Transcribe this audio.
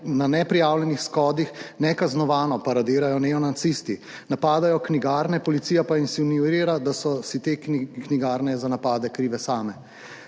na neprijavljenih shodih nekaznovano paradirajo neonacisti, napadajo knjigarne, policija pa insinuira, da so si te knjigarne za napade krive same.